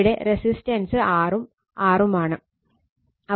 ഇവിടെ resistance R ഉം R ഉം ആണ്